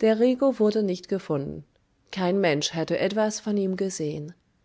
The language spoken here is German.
der rico wurde nicht gefunden kein mensch hatte etwas von ihm gesehen